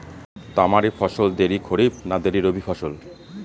তামারি ফসল দেরী খরিফ না দেরী রবি ফসল?